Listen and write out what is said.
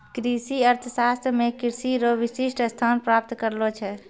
कृषि अर्थशास्त्र मे कृषि रो विशिष्ट स्थान प्राप्त करलो छै